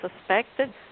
suspected